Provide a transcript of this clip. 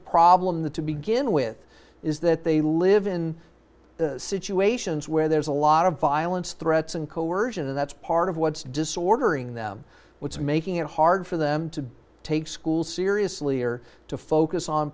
problem that to begin with is that they live in situations where there's a lot of violence threats and coercion and that's part of what's disordering them what's making it hard for them to take school seriously or to focus on